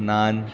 naan